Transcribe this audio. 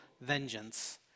vengeance